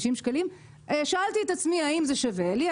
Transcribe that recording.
שקלים שאלתי את עצמי האם זה שווה לי,